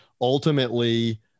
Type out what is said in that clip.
ultimately –